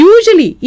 Usually